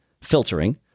filtering